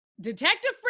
Detective